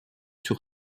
sur